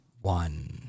one